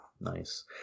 Nice